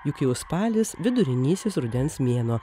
juk jau spalis vidurinysis rudens mėnuo